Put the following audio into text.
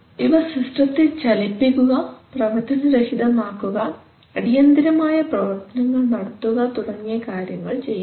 ഇവ സിസ്റ്റത്തെ ചലിപ്പിക്കുക പ്രവർത്തന രഹിതമാക്കുക അടിയന്തിരമായ പ്രവർത്തനങ്ങൾ നടത്തുക തുടങ്ങിയ കാര്യങ്ങൾ ചെയ്യുന്നു